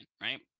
Right